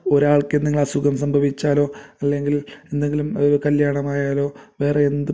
ഒരാൾക്കെന്തെങ്കിലും അസുഖം സംഭവിച്ചാലോ അല്ലെങ്കിൽ എന്തെങ്കിലും ഒരു കല്ല്യാണമായാലോ വേറെ എന്തും